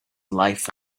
life